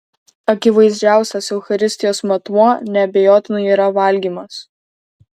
akivaizdžiausias eucharistijos matmuo neabejotinai yra valgymas